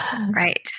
right